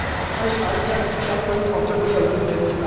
i can jump in on this a little bit.